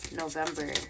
november